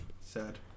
Sad